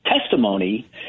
testimony